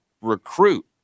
recruit